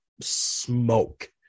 smoke